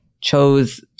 chose